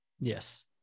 Yes